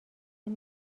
این